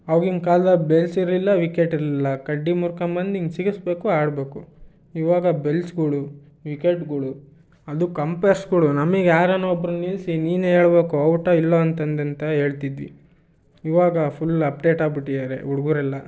ಅವ್ಗಿನ ಕಾಲ್ದಲ್ಲಿ ಬೆಲ್ಚ್ ಇರಲಿಲ್ಲ ವಿಕೆಟ್ ಇರಲಿಲ್ಲ ಕಡ್ಡಿ ಮುರ್ಕಂಬಂದು ಹಿಂಗೆ ಸಿಗಿಸ್ಬೇಕು ಆಡಬೇಕು ಇವಾಗ ಬೆಲ್ಚ್ಗಳು ವಿಕೆಟ್ಗಳು ಅದಕ್ಕೆ ಅಂಪೇರ್ಸ್ಗಳು ನಮಗೆ ಯಾರನ್ನೋ ಒಬ್ರನ್ನು ನಿಲ್ಲಿಸಿ ನೀನೇ ಹೇಳ್ಬೇಕು ಔಟಾ ಇಲ್ಲ ಅಂತಂದು ಅಂತ ಹೇಳ್ತಿದ್ವಿ ಇವಾಗ ಫುಲ್ ಅಪ್ಡೇಟ್ ಆಗ್ಬಿಟ್ಟಿದಾರೆ ಹುಡುಗರೆಲ್ಲ